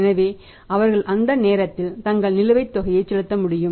எனவே அவர்கள் அந்த நேரத்தில் தங்கள் நிலுவைத் தொகையை செலுத்த முடியும்